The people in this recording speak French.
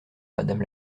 madame